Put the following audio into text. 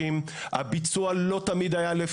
החומרים לא היו מפוקחים,